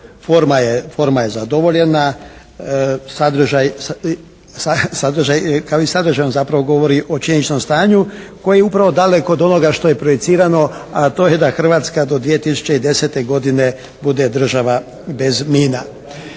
Forma je zadovoljena, kao i sadržaj nam zapravo govori o činjenom stanju koji je upravo daleko od onoga što je projecirano a to je da Hrvatska do 2010. godine bude država bez mina.